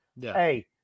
Hey